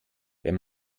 wenn